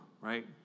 right